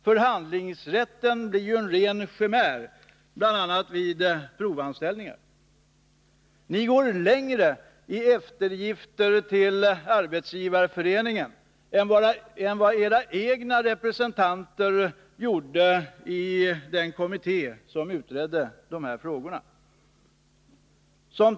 Förhandlingsrätten blir nu en ren chimär, bl.a. vid provanställning. Ni går längre i eftergifter till Arbetsgivareföreningen än vad era egna representanter gjorde i den kommitté som utredde de här frågorna.